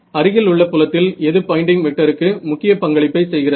அருகிலுள்ள புலத்தில் எது பாய்ன்டிங் வெக்டருக்கு முக்கிய பங்களிப்பை செய்கிறது